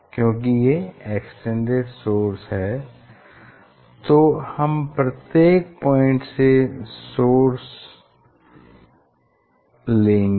क्योंकि ये extended source है तो हम प्रत्येक पॉइंट सें सोर्स सोर्स लेंगे